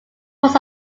parts